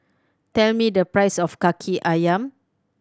tell me the price of Kaki Ayam